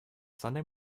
sunday